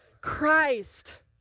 Christ